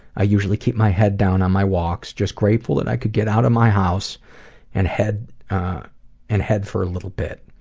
i usually keep my head down on my walks just grateful that i could get out of my house and head and head for a little bit.